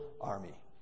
Army